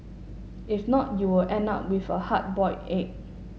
if not you will end up with a hard boiled egg